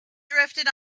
drifted